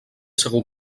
segur